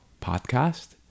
podcast